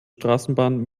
straßenbahn